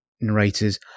narrators